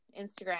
Instagram